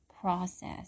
process